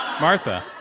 Martha